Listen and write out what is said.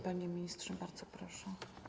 Panie ministrze, bardzo proszę.